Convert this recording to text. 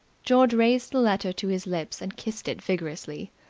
george raised the letter to his lips and kissed it vigorously.